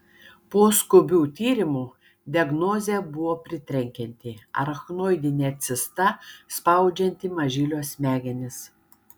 po skubių tyrimų diagnozė buvo pritrenkianti arachnoidinė cista spaudžianti mažylio smegenis